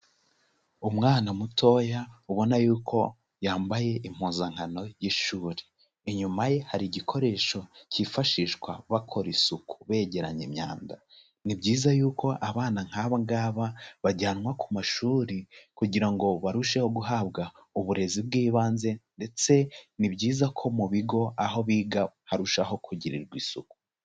Umwana mutoya ubona yuko yambaye impuzankano y'ishuri, inyuma ye hari igikoresho kifashishwa bakora isuku begeranya imyanda, ni byiza yuko abana nk'aba ngaba bajyanwa ku mashuri kugira ngo barusheho guhabwa uburezi bw'ibanze ndetse ni byiza ko mu bigo aho biga harushaho kugirirwa isuku.